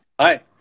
Hi